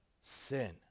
sin